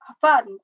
fun